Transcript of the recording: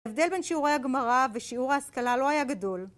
ההבדל בין שיעורי הגמרא ושיעור ההשכלה לא היה גדול